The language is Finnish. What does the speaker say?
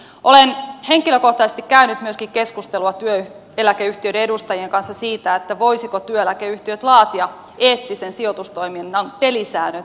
olen henkilökohtaisesti käynyt keskustelua myöskin työeläkeyhtiöiden edustajien kanssa siitä voisivatko työeläkeyhtiöt laatia eettisen sijoitustoiminnan pelisäännöt